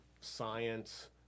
science